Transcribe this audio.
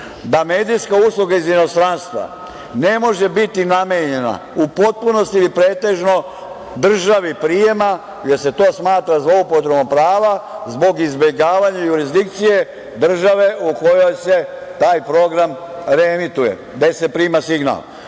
da medijska usluga iz inostranstva ne može biti namenjena u potpunosti ili pretežno državi prijema, jer se to smatra zloupotrebom prava zbog izbegavanja jurisdikcije države u kojoj se taj program reemituje, gde se prima signal. Uprkos